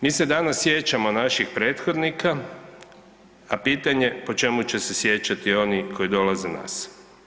Mi se danas sjećamo naših prethodnika, a pitanje je po čemu će se sjećati oni koji dolaze iza nas.